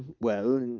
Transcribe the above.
well,